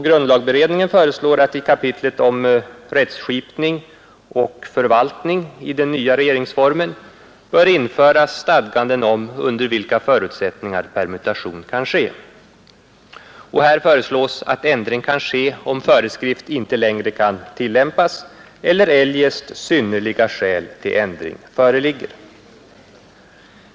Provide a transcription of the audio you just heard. Grundlagberedningen föreslår att i kapitlet om rättsskipning och förvaltning i den nya regeringsformen bör införas stadganden om under vilka förutsättningar permutation kan ske. Det föreslås att ändring skall kunna ske om föreskrift inte längre kan tillämpas eller eljest synnerliga skäl till ändring föreligger.